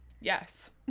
Yes